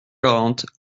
quarante